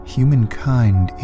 humankind